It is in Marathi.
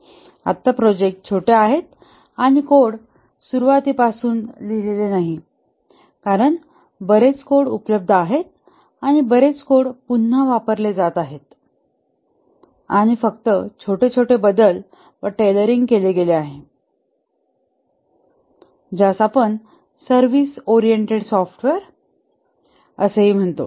आता प्रोजेक्ट छोटे आहेत आणि कोड सुरवातीपासून लिहिलेले नाही कारण बरेच कोड उपलब्ध आहेत बरेच कोड पुन्हा वापरले जात आहेत आणि फक्त छोटे छोटे बदल व टेलरिंग केले गेले आहे ज्यास आपण सर्विस ओरिएंटेड सॉफ्टवेअर असे म्हणतो